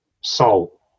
soul